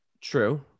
True